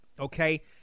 Okay